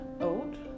old